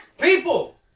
people